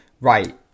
right